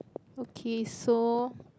okay so